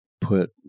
put